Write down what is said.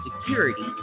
security